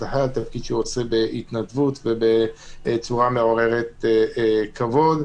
החייל - תפקיד שהוא עושה בהתנדבות ובצורה מעוררת כבוד.